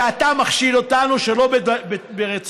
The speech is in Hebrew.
ואתה מכשיל אותנו שלא ברצוננו.